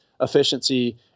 efficiency